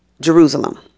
Jerusalem